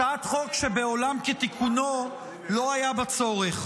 הצעת חוק שבעולם כתיקונו לא היה בה צורך.